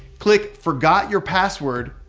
click forgot your password.